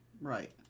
Right